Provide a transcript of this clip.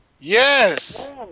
Yes